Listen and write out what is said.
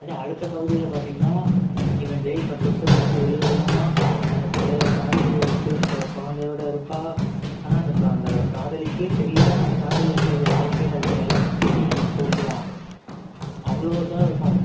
அதே அடுத்த பகுதியில் பார்த்தீங்கனா இவன் ஜெயில் பத்து வருஷம் முடித்து வெளியே வருவான் அந்த பழைய காதலி வந்துட்டு குழந்தையோட இருப்பாள் ஆனால் அந்த அந்த காதலிக்கே தெரியாமல் அந்த காதலிக்கிருக்குற வாழ்க்கையில் இருக்கிற எல்லா கஷ்டத்தையும் இவன் போக்குவான் அவ்வளோ இதாக இருக்கும்